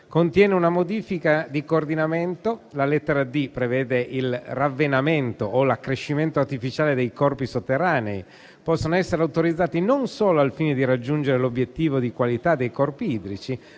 contiene una modifica di coordinamento, la lettera *d)* prevede che il ravvenamento o l'accrescimento artificiale dei corpi sotterranei possano essere autorizzati non solo al fine di raggiungere l'obiettivo di qualità dei corpi idrici,